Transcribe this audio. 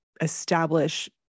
establish